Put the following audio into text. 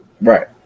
Right